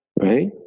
right